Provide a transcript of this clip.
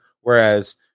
whereas